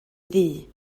ddu